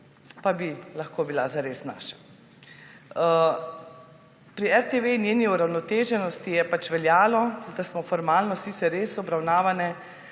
lahko bila zares naša. Pri RTV in njeni uravnoteženosti je veljalo, da smo formalno sicer res obravnavane